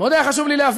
מאוד היה חשוב לי להבין,